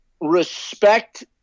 respect –